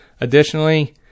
Additionally